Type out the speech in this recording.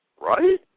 right